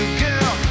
girl